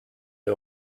der